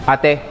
Ate